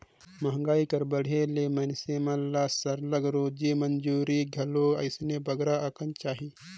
मंहगाई कर बढ़े ले मइनसे मन ल सरलग रोजी मंजूरी घलो अइसने बगरा अकन चाही